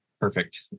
perfect